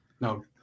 No